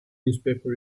newspaper